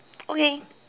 okay